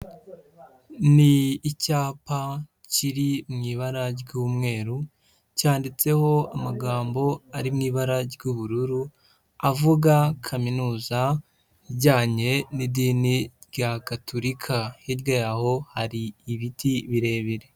Ni icyapa kiri mu ibara ry'umweru cyanditseho amagambo ari mu ibara ry'ubururu avuga kaminuza ijyanye n'idini rya gaturika, hirya yaho hari ibiti birebire.